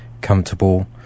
comfortable